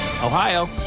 Ohio